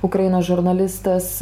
ukrainos žurnalistas